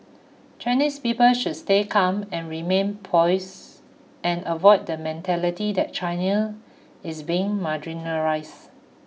Chinese people should stay calm and remain poised and avoid the mentality that is being marginalised